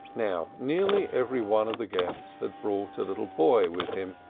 now, nearly every one of the guests had brought a little boy with him,